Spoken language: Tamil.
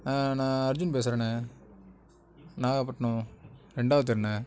நான் அர்ஜுன் பேசுகிறேண்ண நாகபட்டினோம் ரெண்டாவது தெருண்ண